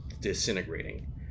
disintegrating